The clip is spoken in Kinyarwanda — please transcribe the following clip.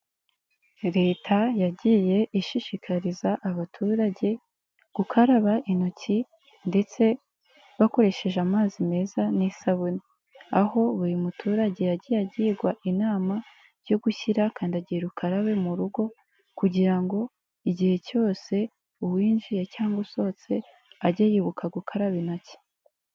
Leta yagiye ishishikariza abaturage gukaraba intoki ndetse bakoresheje amazi meza n'isabune, aho buri muturage yagiye agirwa inama yo gushyira kandagira ukarabe mu rugo, kugira ngo igihe cyose uwinjiye cyangwa usohotse ajye yibuka gukaraba intoki.